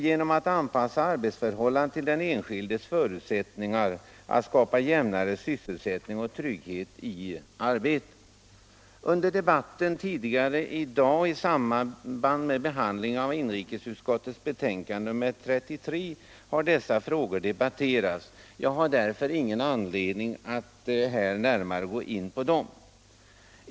Genom att man anpassar arbetsförhållandena till den enskildes förutsättningar skapar man jämnare sysselsättning och trygghet i arbetet. Under debatten tidigare i dag i samband med behandling av inrikesutskottets betänkande 33 har dessa frågor debatterats. Jag har därför ingen anledning att här närmare gå in på dem.